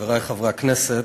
חברי חברי הכנסת,